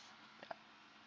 ya